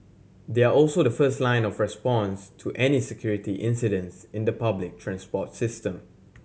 they are also the first line of response to any security incidents in the public transport system